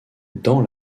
dans